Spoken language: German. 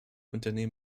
unternehmen